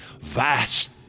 Vast